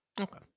Okay